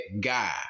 guy